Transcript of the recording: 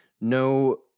no